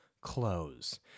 close